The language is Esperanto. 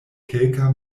kelka